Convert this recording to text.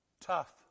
Tough